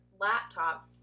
laptop